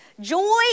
Joy